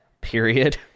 period